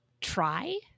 try